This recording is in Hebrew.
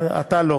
אתה לא.